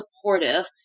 supportive